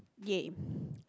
yay